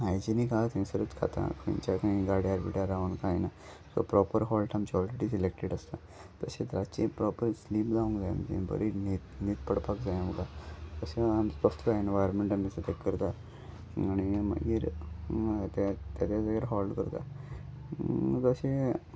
hygienic आहा थंयसरूत खाता खंयच्या खंय गाड्यार बिड्यार रावन कांय ना प्रोपर हॉल्ट आमची ऑलरेडी सिलेक्टेड आसता तशेंच रातचे प्रोपर स्लीप जावंक जाय आमचे बरी न्हीद न्हीद पडपाक जाय आमकां तशें कसलो एनवायरमेंट आमी सिलेक्ट करता आनी मागीर तेज्या जागीर हॉल्ट करता तशें